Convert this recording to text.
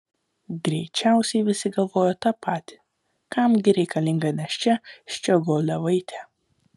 greičiausiai visi galvojo tą patį kam gi reikalinga nėščia ščiogolevaitė